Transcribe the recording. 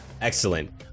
Excellent